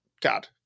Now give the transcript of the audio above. God